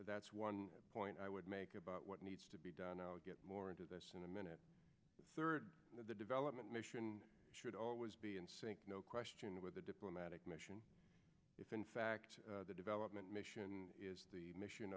that's one point i would make about what needs to be done i'll get more into this in a minute third the development mission should always be in sync no question with the diplomatic mission if in fact the development mission is the mission